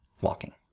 walking